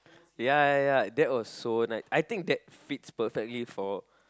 ya ya that was so neat I think thats fit perfectly for